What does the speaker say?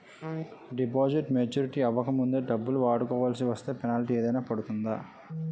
Deposit maturity అవ్వక ముందే డబ్బులు వాడుకొవాల్సి వస్తే పెనాల్టీ ఏదైనా పడుతుందా?